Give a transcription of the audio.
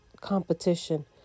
Competition